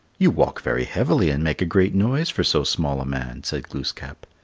you walk very heavily and make a great noise for so small a man, said glooskap.